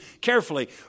carefully